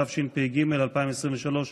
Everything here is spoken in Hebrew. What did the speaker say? התשפ"ג 2023,